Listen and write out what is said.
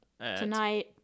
tonight